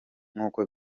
nk’uko